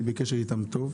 אני בקשר טוב איתם,